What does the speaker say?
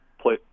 play